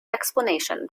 explanation